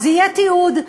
אז יהיה תיעוד.